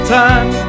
time